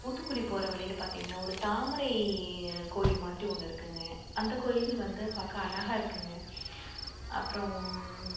ஊத்துக்குளி போகிற வழியில பார்த்தீங்கன்னா ஒரு தாமரைக் கோயில் மாதிரி ஒன்று இருக்குங்க அந்தக் கோயில் வந்து பார்க்க அழகாக இருக்குங்க அப்புறம்